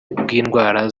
bw’indwara